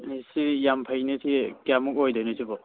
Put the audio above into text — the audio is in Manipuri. ꯑꯥ ꯁꯤ ꯌꯥꯝ ꯐꯩꯅꯦ ꯁꯤ ꯀꯌꯥꯃꯨꯛ ꯑꯣꯏꯗꯣꯏꯅꯣ ꯁꯤꯕꯣ